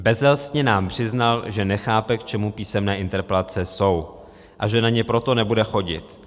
Bezelstně nám přiznal, že nechápe, k čemu písemné interpelace jsou, a že na ně proto nebude chodit.